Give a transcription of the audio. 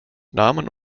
namen